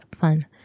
fun